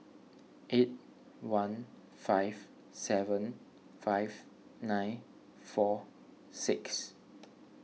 eight one five seven five nine four six